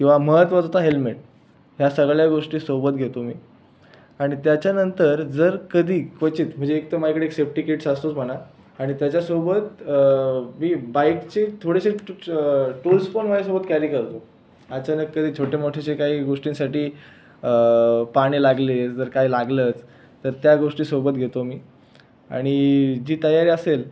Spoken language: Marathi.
किंवा महत्वाचं तर हेल्मेट ह्या सगळ्या गोष्टी सोबत घेतो मी आणि त्याच्यानंतर जर कधी क्वचित म्हणजे एक तर माझ्याकडे एक सेफ्टी किट्स असतोच म्हणा आणि त्याच्यासोबत मी बाइकचे थोडेसे टू टूल्स पण माझ्यासोबत कॅरी करतो अचानक कधी छोटे मोठे जे काही गोष्टींसाठी पान्हे लागले जर काही लागलंच तर त्या गोष्टी सोबत घेतो मी आणि जी तयारी असेल